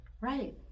Right